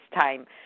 time